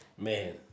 man